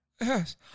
Yes